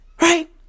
Right